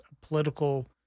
political